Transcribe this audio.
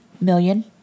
million